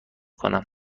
کنم